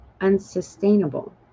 unsustainable